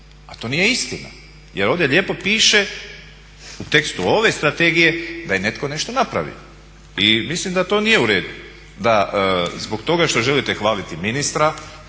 a to nije istina jel ovdje lijepo piše u tekstu ove strategije da je netko nešto napravio. I mislim da to nije uredu da zbog toga što želite hvaliti ministra